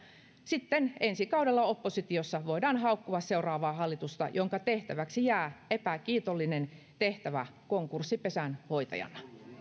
sitten ensi kaudella oppositiossa voidaan haukkua seuraavaa hallitusta jonka tehtäväksi jää epäkiitollinen tehtävä konkurssipesän hoitajana